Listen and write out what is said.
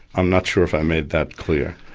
i'm not sure if i made that clear.